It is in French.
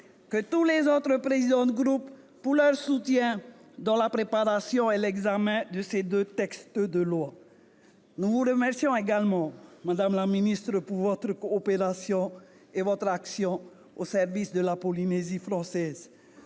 que tous les autres présidents de groupe de leur soutien dans la préparation et l'examen de ces deux textes de loi. Nous vous remercions également, madame la ministre, de votre coopération et de votre action au service de la Polynésie française.